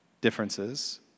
differences